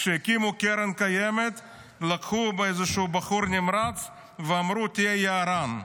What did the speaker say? כשהקימו את קרן קיימת לקחו איזשהו בחור נמרץ ואמרו: תהיה יערן.